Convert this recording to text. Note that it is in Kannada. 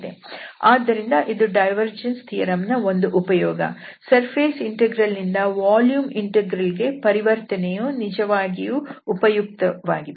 ಆದ್ದರಿಂದ ಇದು ಡೈವರ್ಜೆನ್ಸ್ ಥಿಯರಂ ನ ಒಂದು ಉಪಯೋಗ ಸರ್ಫೇಸ್ ಇಂಟೆಗ್ರಲ್ ನಿಂದ ವಾಲ್ಯೂಮ್ ಇಂಟೆಗ್ರಲ್ ಗೆ ಪರಿವರ್ತನೆಯು ನಿಜವಾಗಿಯೂ ಉಪಯುಕ್ತವಾಗಿದೆ